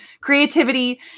creativity